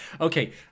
Okay